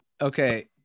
Okay